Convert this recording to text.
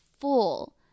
full